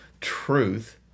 truth